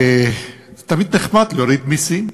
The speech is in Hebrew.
תמיד נחמד להוריד מסים,